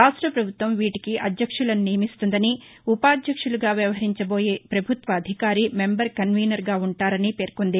రాష్ట ప్రభుత్వం వీటికి అధ్యక్షులను నియమిస్తుందని ఉపాధ్యక్షులుగా వ్యవహరించబోయే ప్రభుత్వ అధికారి మెంబర్ కన్వీనర్గా ఉంటారని పేర్కొంది